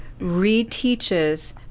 reteaches